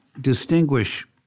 Distinguish